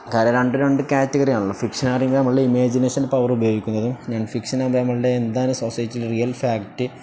കാരണം രണ്ടും രണ്ട് കാറ്റഗറിയാണല്ലോ ഫിക്ഷനാകുമ്പോള് നമ്മുടെ ഇമേജിനേഷൻ പവർ ഉപയോഗിക്കുന്നതും നോൺ ഫിക്ഷനാകുമ്പോള് നമ്മളെന്താണ് സൊസൈറ്റിയിലെ റിയൽ ഫാക്റ്റ്